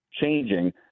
changing